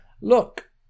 Look